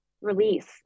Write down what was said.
release